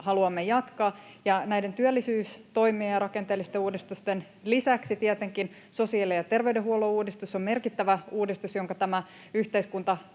haluamme jatkaa. Näiden työllisyystoimien ja rakenteellisten uudistusten lisäksi tietenkin sosiaali- ja terveydenhuollon uudistus on merkittävä uudistus, jonka tämä yhteiskunta